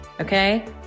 Okay